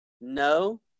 No